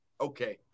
Okay